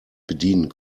bedienen